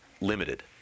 limited